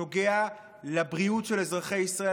הוא נוגע לבריאות של אזרחי ישראל,